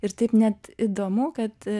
ir taip net įdomu kad